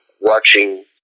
watching